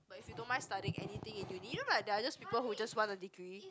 but if you don't mind studying anything in uni you know my there are those people who just want a degree